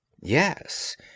Yes